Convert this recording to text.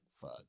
Fuck